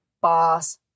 boss